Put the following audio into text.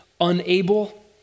unable